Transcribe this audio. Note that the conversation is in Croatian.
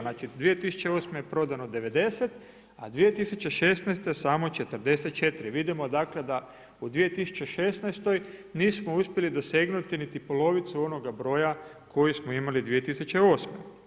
Znači 2008. je prodano 90, a 2016. samo 44, vidimo dakle da u 2016. nismo uspjeli dosegnuti niti polovicu onoga broja koji smo imali 2008.